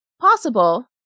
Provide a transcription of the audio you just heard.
Possible